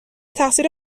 تقصیر